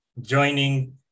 joining